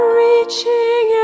reaching